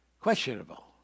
questionable